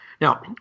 Now